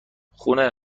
خونه